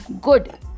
Good